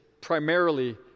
primarily